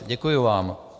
Děkuji vám.